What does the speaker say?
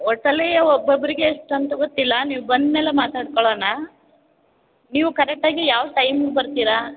ಒಟ್ನಲ್ಲಿ ಒಬ್ಬೊಬ್ರಿಗೆ ಎಷ್ಟು ಅಂತ ಗೊತ್ತಿಲ್ಲ ನೀವು ಬಂದ ಮೇಲೆ ಮಾತಾಡ್ಕೊಳ್ಳೋಣ ನೀವು ಕರೆಕ್ಟಾಗಿ ಯಾವ ಟೈಮ್ಗೆ ಬರ್ತೀರಾ